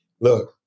look